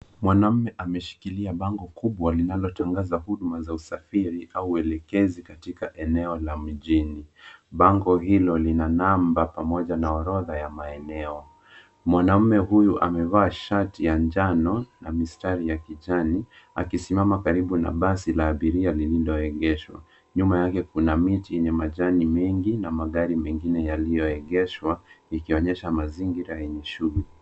Mwanaume ameshikilia bango kubwa linalotangaza huduma za usafiri au uelekezi katika eneo la mjini. Bango hilo lina namba pamoja na orodha ya maeneo. Mwanaume huyu amevaa shati ya njano na mistari ya kijani, akisimama karibu na basi la abiria lilioegeshwa. Nyuma yake kuna miti yenye majani mengi, na magari mengine yaliyoegeshwa, yakionyesha mazingira yenye shughuli.